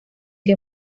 que